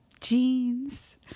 jeans